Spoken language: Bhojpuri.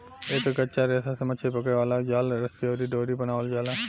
एकर कच्चा रेशा से मछली पकड़े वाला जाल, रस्सी अउरी डोरी बनावल जाला